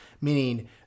meaning